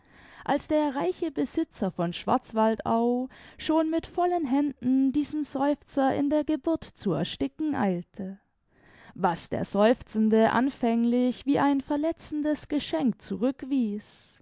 als der reiche besitzer von schwarzwaldau schon mit vollen händen diesen seufzer in der geburt zu ersticken eilte was der seufzende anfänglich wie ein verletzendes geschenk